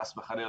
חס וחלילה,